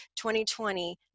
2020